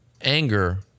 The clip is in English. anger